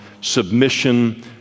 submission